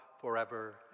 forever